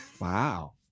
Wow